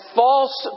false